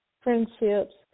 friendships